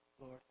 Lord